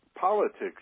politics